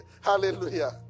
hallelujah